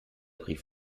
brief